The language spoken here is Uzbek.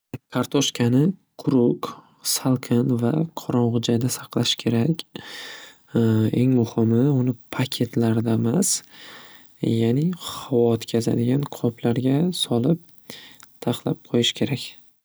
Kartoshkani quruq va salqin joyda saqlash kerak. Eng muhimi uni paketlardamas ya'ni havo o'tkazadigan qoplarga solib tahlab qo'yish kerak.